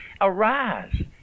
arise